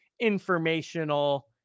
informational